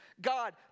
God